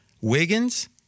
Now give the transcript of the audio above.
Wiggins